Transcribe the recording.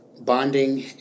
bonding